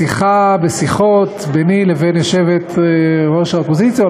בשיחות ביני לבין יושבת-ראש האופוזיציה,